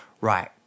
right